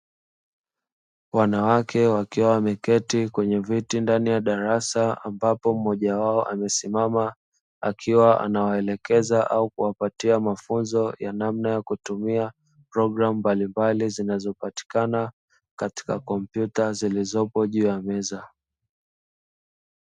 Wanawake wakiwa wameketi kwenye viti ndani ya darasa ambapo mmoja wao amesimama akiwa anawaelekeza au kuwapatia mafunzo ya namna ya kutumia taratibu mbalimbali, zinazopatika katika kompyuta zilizopo juu ya meza.